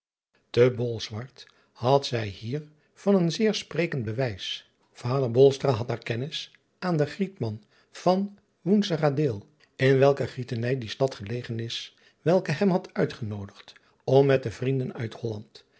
e olswerd had zij hier van een zeer sprekend bewijs ader had daar kennis aan den rietman van oenseradeel in welke rietenij die stad gelegen is welke hem had uitgenoodigd om met de vrienden uit olland